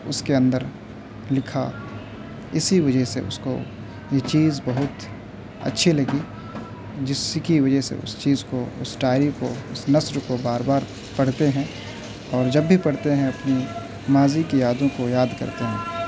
اس کے اندر لکھا اسی وجہ سے اس کو یہ چیز بہت اچھی لگی جس کی وجہ سے اس چیز کو اس ڈائری کو اس نثر کو بار بار پڑھتے ہیں اور جب بھی پڑھتے ہیں اپنی ماضی کی یادوں کو یاد کرتے ہیں